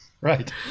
Right